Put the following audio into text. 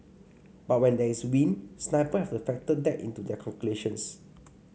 but when there is wind sniper have to factor that into their calculations